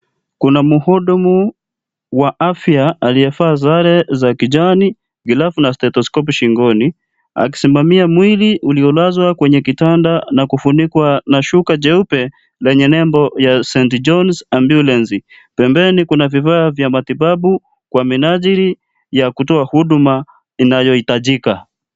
Kuna muhudumu wa afya aliyevaa sare za kijani, glovu na stetoscopy shingoni akisimamia mwili uliolazwa kwenye kitanda na kufunikwa na shuka jeupe lenye nembo ya st john's ambulance . Pembeni kuna vifaa vya matibabu kwa minajili ya kutoa huduma inayohitajika.